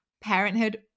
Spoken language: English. Parenthood